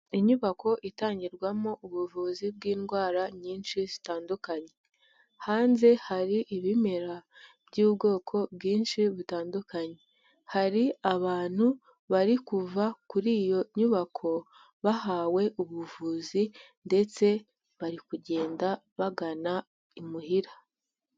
Inyubako itangirwamo ubuvuzi bw'indwara nyinshi zitandukanye, hanze hari ibimera by'ubwoko bwinshi butandukanye. Hari abantu bari kuva kuri iyo nyubako bahawe ubuvuzi, ndetse bari kugenda bagana imuhira.